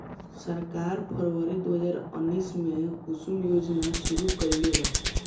सरकार फ़रवरी दो हज़ार उन्नीस में कुसुम योजना शुरू कईलेबा